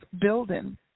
building